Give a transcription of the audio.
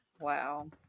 Wow